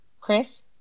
Chris